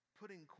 putting